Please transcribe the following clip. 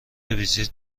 ویزیت